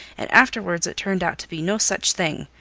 and afterwards it turned out to be no such thing.